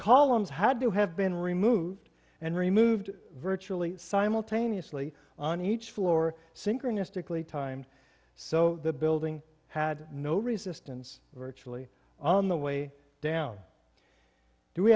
columns had to have been removed and removed virtually simultaneously on each floor synchronistically time so the building had no resistance virtually on the way down do we